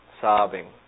sobbing